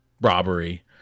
robbery